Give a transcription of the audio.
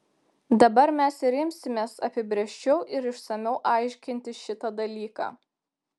dabar mes ir imsimės apibrėžčiau ir išsamiau aiškinti šitą dalyką